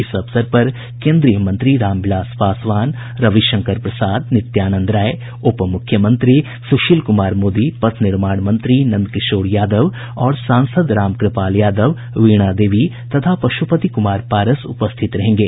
इस अवसर पर केन्द्रीय मंत्री रामविलास पासवान रविशंकर प्रसाद नित्यानंद राय उपमुख्यमंत्री सुशील कुमार मोदी पथ निर्माण मंत्री नंदकिशोर यादव तथा सांसद राम कुपाल यादव वीणा देवी और पशुपति कुमार पारस उपस्थित रहेंगे